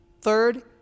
Third